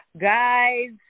Guys